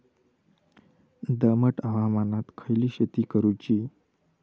दमट हवामानात खयली शेती करूची?